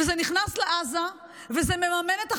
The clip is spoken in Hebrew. וזה נכנס לעזה, וזה מממן את החמאס,